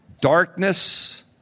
darkness